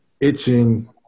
itching